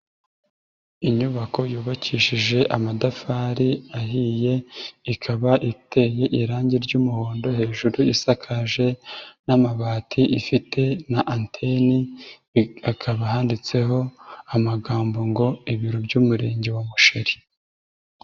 Inyubako yubakishije amatafari ahiye, ikaba iteye irangi ry'umuhondo, hejuru isakaje n'amabati, ifite na anteni, hakaba handitseho amagambo ngo ibiro by'Umurenge wa Musheri.